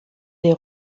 des